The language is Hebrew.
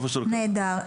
נהדר.